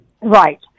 Right